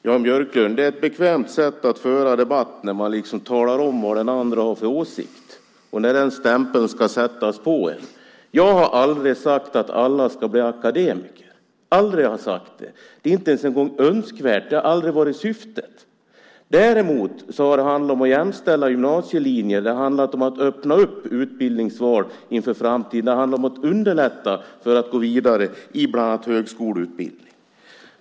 Herr talman! Det är ett bekvämt sätt att föra debatt på, Jan Björklund, när man talar om vad den andra har för åsikt och sätter på den stämpeln. Jag har aldrig sagt att alla ska bli akademiker. Aldrig har jag sagt det. Det är inte ens en gång önskvärt. Det har aldrig varit syftet. Däremot har det handlat om att jämställa gymnasielinjer. Det har handlat om att öppna upp utbildningsval inför framtiden. Det har handlat om att underlätta för den som vill gå vidare till bland annat högskoleutbildning.